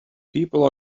people